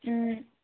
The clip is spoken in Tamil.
ம்